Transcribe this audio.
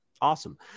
Awesome